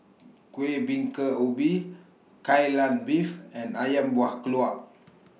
Kueh Bingka Ubi Kai Lan Beef and Ayam Buah Keluak